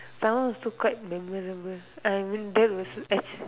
that one also quite memorable I mean that was actual